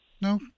no